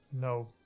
no